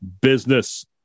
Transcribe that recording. business